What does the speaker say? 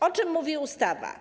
O czym mówi ustawa?